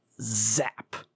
zap